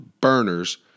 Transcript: burners